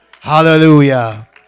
Hallelujah